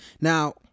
now